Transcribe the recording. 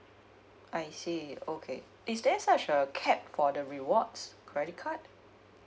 I see okay is there such a cap for the rewards credit card